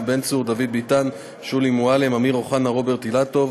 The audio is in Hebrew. בטרם יתחילו לבצע את האמנה יש להמתין לחתימתם